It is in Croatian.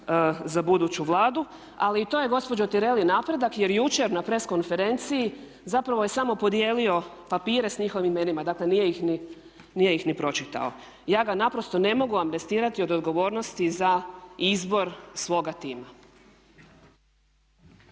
za buduću Vladu. Ali to je gospođo Tireli napredak jer jučer na press konferenciji zapravo je samo podijelio papire s njihovim imenima, dakle nije ih ni pročitao. Ja ga naprosto ne mogu amnestirati od odgovornosti za izbor svoga tima.